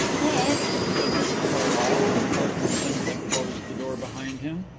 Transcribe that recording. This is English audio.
max, said mr carlyle, when parkinson had closed the door behind him,